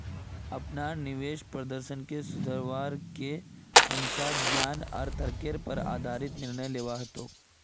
अपनार निवेश प्रदर्शनेर सुधरवार के हमसाक ज्ञान आर तर्केर पर आधारित निर्णय लिबा हतोक